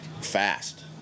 fast